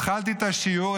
התחלתי את השיעור,